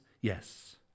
Yes